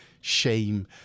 shame